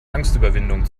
angstüberwindung